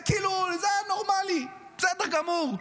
זה הנורמלי, בסדר גמור.